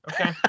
okay